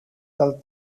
del